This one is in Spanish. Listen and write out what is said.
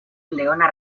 leona